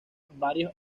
varios